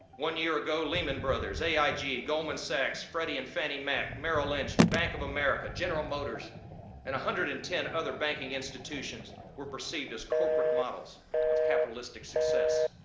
one year ago lehman brothers, aig, goldman sachs, freddie and fannie mac, merrill lynch, bank of america, general motors and a one hundred and ten other banking institutions were perceived as corporate models of capitalistic success.